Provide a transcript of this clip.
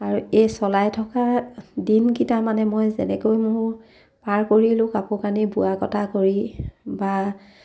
আৰু এই চলাই থকা দিনকেইটা মানে মই যেনেকৈ মোৰ পাৰ কৰিলোঁ কাপোৰ কানি বোৱা কটা কৰি বা